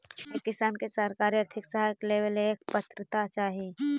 एक किसान के सरकारी आर्थिक सहायता लेवेला का पात्रता चाही?